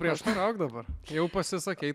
prieštarauk dabar jau pasisakei